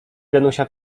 danusia